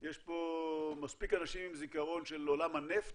יש פה מספיק אנשים עם זיכרון של עולם הנפט